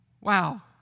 Wow